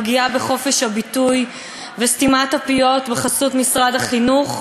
פגיעה בחופש הביטוי וסתימת הפיות בחסות משרד החינוך,